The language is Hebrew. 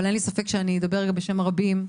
אבל אין לי ספק שאני אדבר גם בשם רבים,